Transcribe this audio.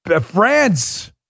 France